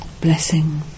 Blessing